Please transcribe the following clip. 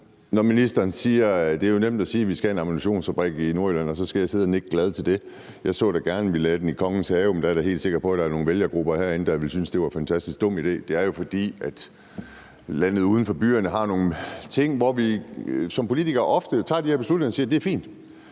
dem, ministeren har. Det er jo nemt at sige, at vi skal have en ammunitionsfabrik i Nordjylland, og så skal jeg sidde og nikke glad til det. Jeg så da gerne, at vi lagde den i Kongens Have, men der er jeg da helt sikker på, at der ville være nogle vælgergrupper herinde, der ville synes, at det var en fantastisk dum idé. Det er jo, fordi landet uden for byerne har nogle ting, hvor vi som politikere ofte tager de her beslutninger og siger: Det er fint.